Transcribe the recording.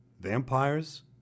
Vampires